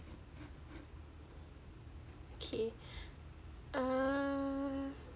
K uh